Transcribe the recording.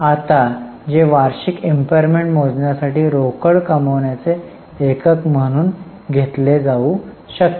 आता जे वार्षिक impairment मोजण्यासाठी रोकड कमवण्याचे एकक म्हणून घेतले जाऊ शकते